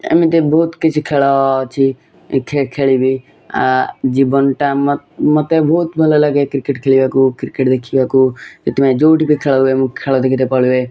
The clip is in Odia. ଏମିତି ବହୁତ୍ କିଛି ଖେଳ ଅଛି ଖେଳିବି ଜୀବନଟା ମୋତେ ବହୁତ୍ ଭଲ ଲାଗେ କ୍ରିକେଟ ଖେଳିବାକୁ କ୍ରିକେଟ ଦେଖିବାକୁ ସେଥିପାଇଁ ଯେଉଁଠି ବି ଖେଳ ହୁଏ ମୁଁ ଖେଳ ଦେଖିତେ ପଳାଏ